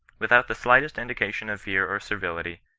without the slightest indication of fear or servility,